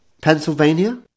Pennsylvania